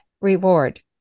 reward